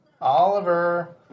Oliver